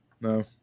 No